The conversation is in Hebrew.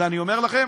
אני אומר לכם,